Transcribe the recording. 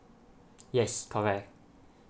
yes correct